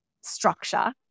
structure